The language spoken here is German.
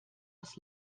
aus